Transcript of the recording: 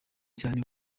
cyane